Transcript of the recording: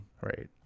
right